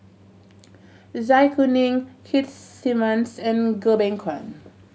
Zai Kuning Keith Simmons and Goh Beng Kwan